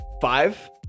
Five